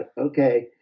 okay